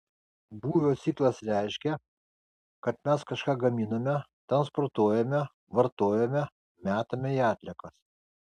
būvio ciklas reiškia kad mes kažką gaminame transportuojame vartojame metame į atliekas